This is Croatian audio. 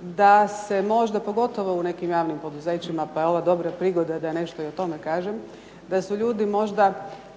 da se možda pogotovo u nekim javnim poduzećima pojavila dobra prigoda da i nešto o tome kažem, da su ljudi možda